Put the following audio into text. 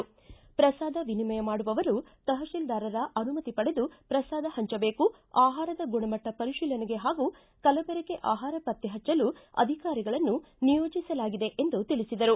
ಪ್ರಸಾದ ವಿನಿಮಯ ಮಾಡುವವರು ತಹಶೀಲ್ದಾರರ ಅನುಮತಿ ಪಡೆದು ಪ್ರಸಾದ ಹಂಚದೇಕು ಆಹಾರದ ಗುಣಮಟ್ಟ ಪರಿಶೀಲನೆಗೆ ಹಾಗೂ ಕಲಬೆರಕೆ ಆಹಾರ ಪತ್ತ ಹಚ್ಚಲು ಅಧಿಕಾರಿಗಳನ್ನು ನಿಯೋಜಿಸಲಾಗಿದೆ ಎಂದು ತಿಳಿಸಿದರು